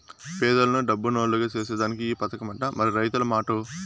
పేదలను డబ్బునోల్లుగ సేసేదానికే ఈ పదకమట, మరి రైతుల మాటో